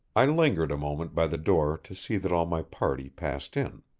i lingered a moment by the door to see that all my party passed in.